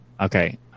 okay